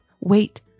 wait